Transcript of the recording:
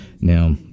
Now